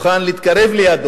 לא היה מוכן להתקרב אליו.